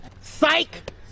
Psych